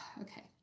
okay